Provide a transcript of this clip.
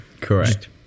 correct